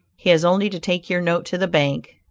he has only to take your note to the bank,